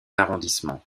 arrondissement